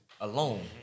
alone